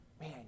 Man